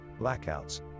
blackouts